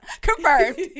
Confirmed